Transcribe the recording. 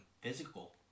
physical